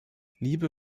liebe